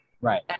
Right